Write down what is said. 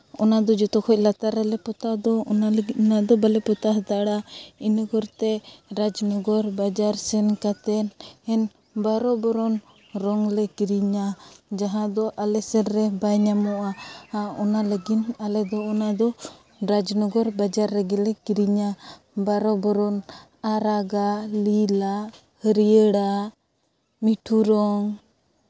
ᱚᱱᱟᱫᱚ ᱡᱚᱛᱚ ᱠᱷᱚᱡ ᱞᱟᱛᱟᱨ ᱨᱮᱞᱮ ᱯᱚᱛᱟᱣ ᱫᱚ ᱚᱱᱟ ᱞᱟᱹᱜᱤᱫ ᱚᱱᱟᱫᱚ ᱵᱟᱞᱮ ᱯᱚᱛᱟᱣ ᱦᱟᱛᱟᱲᱟ ᱤᱱᱟᱹ ᱠᱚᱨᱮᱛᱮ ᱨᱟᱡᱽᱱᱚᱜᱚᱨ ᱵᱟᱡᱟᱨ ᱥᱮᱱ ᱠᱟᱛᱮᱫ ᱵᱟᱨᱚ ᱵᱚᱨᱚᱱ ᱨᱚᱝᱞᱮ ᱠᱤᱨᱤᱧᱟ ᱡᱟᱦᱟᱸ ᱫᱚ ᱟᱞᱮ ᱥᱮᱫ ᱨᱮ ᱵᱟᱭ ᱧᱟᱢᱚᱜᱼᱟ ᱚᱱᱟ ᱞᱟᱹᱜᱤᱫ ᱟᱞᱮ ᱫᱚ ᱚᱱᱟ ᱫᱚ ᱨᱟᱡᱽᱱᱚᱜᱚᱨ ᱵᱟᱡᱟᱨ ᱨᱮᱜᱮᱞᱮ ᱠᱤᱨᱤᱧᱟ ᱵᱟᱨᱚ ᱵᱚᱨᱚᱱ ᱟᱨᱟᱜᱟᱜ ᱞᱤᱞ ᱟᱜ ᱦᱟᱹᱨᱭᱟᱹᱲ ᱟᱜ ᱢᱤᱴᱷᱩ ᱨᱚᱝ